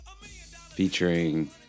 featuring